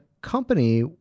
company